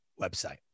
website